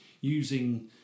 using